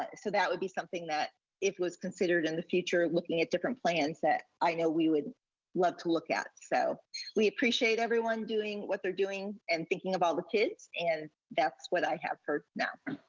so that would be something that if it was considered in the future, looking at different plans that i know we would love to look at. so we appreciate everyone doing what they're doing and thinking about the kids, and that's what i have for now.